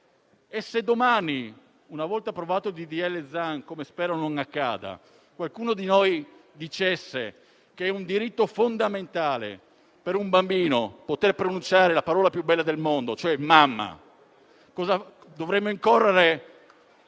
E se domani, una volta approvato il disegno di legge Zan - come spero non accada -qualcuno di noi dicesse che è un diritto fondamentale per un bambino poter pronunciare la parola più bella del mondo, cioè mamma, dovremmo incorrere